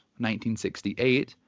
1968